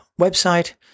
website